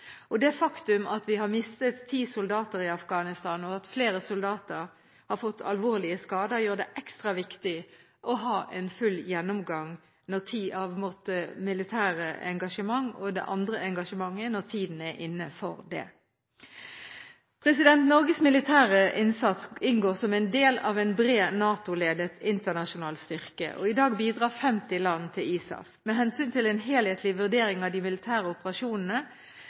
erfaringen. Det faktum at vi har mistet ti soldater i Afghanistan, og at flere soldater har fått alvorlige skader, har gjort det ekstra viktig å ha en full gjennomgang av både det militære engasjementet og det andre engasjementet vårt når tiden er inne for det. Norges militære innsats inngår som en del av en bred NATO-ledet internasjonal styrke. I dag bidrar 50 land til ISAF. Med hensyn til en helhetlig vurdering av de militære operasjonene,